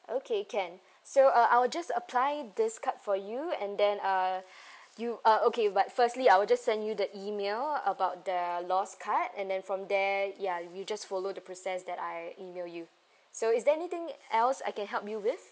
okay can so uh I'll just apply this card for you and then uh you uh okay but firstly I will just send you the email about the lost card and then from there ya you just follow the process that I email you so is there anything else I can help you with